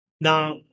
Now